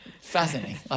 Fascinating